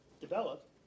developed